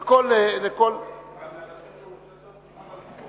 את הצעת חוק בנק ישראל